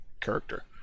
character